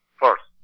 first